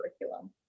curriculum